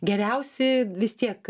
geriausi vis tiek